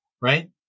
right